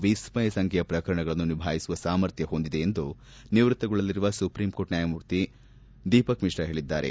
ವಿಸ್ಲಯ ಸಂಖ್ಯೆಯ ಪ್ರಕರಣಗಳನ್ನು ನಿಭಾಯಿಸುವ ಸಾಮರ್ಥ್ನ ಹೊಂದಿದೆ ಎಂದು ನಿವ್ಸತ್ತಗೊಳ್ಳಲಿರುವ ಸುಪ್ರೀಂ ಕೋರ್ಟ್ ಮುಖ್ಯನ್ಯಾಯಮೂರ್ತಿ ದೀಪಕ್ ಮಿಶ್ರಾ ಹೇಳಿದ್ದಾರೆ